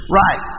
right